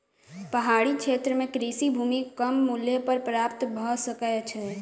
पहाड़ी क्षेत्र में कृषि भूमि कम मूल्य पर प्राप्त भ सकै छै